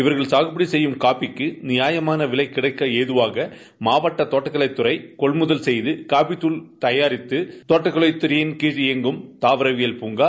இவர்கள் சாகுபடி செய்யும் காபிக்கு நியாயமான விலை கிடைக்க ஏதுவாக மாவட்ட தோட்டக்கலைத்துறை கொள்முதல் செய்து காபி தூள் தயாரித்து தோட்டக்கலைத் துறையின் கீழ் இயங்கும் தாவரவியல் பூங்கா